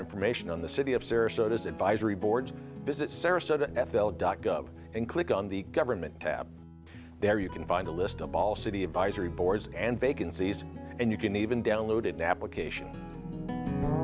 information on the city of sarasota is advisory boards visit sarasota f l dot gov and click on the government tab there you can find a list of all city advisory boards and vacancies and you can even download an application